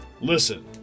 Listen